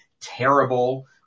terrible